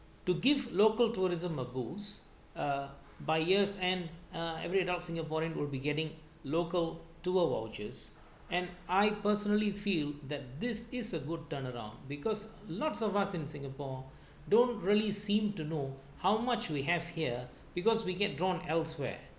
to give local tourism a boost a buyers and uh every adult singaporeans will be getting local tour vouchers and I personally feel that this is a good turnaround because lots of us in singapore don't really seem to know how much we have here because we get drawn elsewhere